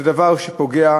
זה דבר שפוגע